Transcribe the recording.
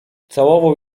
całował